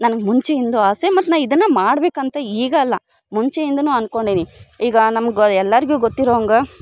ನನ್ಗೆ ಮುಂಚೆಯಿಂದ್ಲೂ ಆಸೆ ಮತ್ತು ನಾನು ಇದನ್ನು ಮಾಡ್ಬೇಕು ಅಂತ ಈಗ ಅಲ್ಲ ಮುಂಚೆಯಿಂದಲೂ ಅಂದ್ಕೊಂಡೀನಿ ಈಗ ನಮ್ಗೆ ಎಲ್ಲರಿಗೂ ಗೊತ್ತಿರೋ ಹಂಗೆ